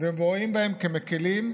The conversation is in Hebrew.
ורואים בהם כמקילים.